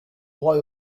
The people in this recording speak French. droit